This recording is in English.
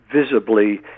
visibly